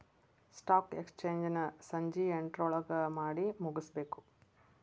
stock exchange ನ ಸಂಜಿ ಎಂಟ್ರೊಳಗಮಾಡಿಮುಗ್ಸ್ಬೇಕು